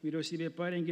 vyriausybė parengė